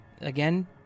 Again